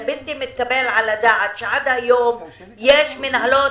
זה בלתי מתקבל על הדעת שעד היום יש מנהלות